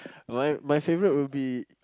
my my favorite would be